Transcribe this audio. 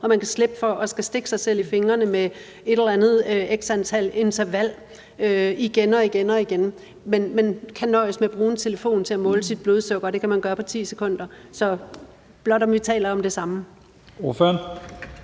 at man kan slippe for at skulle stikke sig selv i fingeren med et eller andet interval igen og igen og altså kan nøjes med at bruge en telefon til at måle sit blodsukker, og det kan man gøre på 10 sekunder. Så det er blot for at høre, om vi taler om det samme.